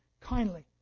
kindly